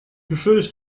prefers